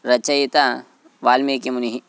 रचयिता वाल्मीकिमुनिः